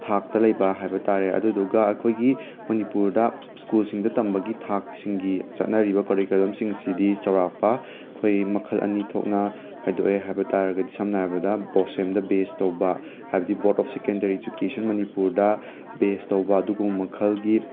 ꯊꯥꯛꯇ ꯂꯩꯕ ꯍꯥꯏꯕ ꯇꯥꯔꯦ ꯑꯗꯨꯗꯨꯒ ꯑꯩꯈꯣꯏꯒꯤ ꯃꯅꯤꯄꯨꯔꯗ ꯁ꯭ꯀꯨꯜꯁꯤꯡꯗ ꯇꯝꯕꯒꯤ ꯊꯥꯛꯁꯤꯡꯒꯤ ꯆꯠꯅꯔꯤꯕ ꯀꯔꯤꯀꯂꯝꯁꯤꯡꯁꯤꯗꯤ ꯆꯧꯔꯥꯛꯄ ꯑꯩꯈꯣꯏ ꯃꯈꯜ ꯑꯅꯤ ꯊꯣꯛꯅ ꯈꯥꯏꯗꯣꯛꯑꯦ ꯍꯥꯏꯕ ꯇꯥꯔꯒꯗꯤ ꯁꯝꯅ ꯍꯥꯏꯔꯕꯗ ꯕꯣꯁꯦꯝꯗ ꯕꯦꯁ ꯇꯧꯕ ꯍꯥꯏꯕꯗꯤ ꯕꯣꯔꯗ ꯑꯣꯐ ꯁꯦꯀꯦꯟꯗꯔꯤ ꯏꯖꯨꯀꯦꯁꯟ ꯃꯅꯤꯄꯨꯔꯗ ꯕꯦꯁ ꯇꯧꯕ ꯑꯗꯨꯒꯨꯝꯕ ꯃꯈꯜꯒꯤ